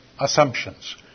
assumptions